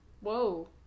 Whoa